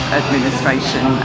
administration